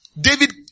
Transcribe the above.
David